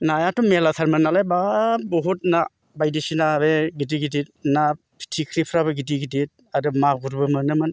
नायाथ' मेरलाथारमोन नालाय बाब बुहुथ ना बायदिसिना बे गिदिर गिदिर ना फिथिख्रिफ्राबो गिदिर गिदिर आरो मागुरबो मोनोमोन